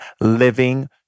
living